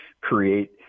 create